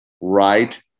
right